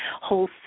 Whole